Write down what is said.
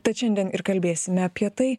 tad šiandien ir kalbėsime apie tai